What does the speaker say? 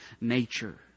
nature